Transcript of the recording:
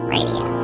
Radio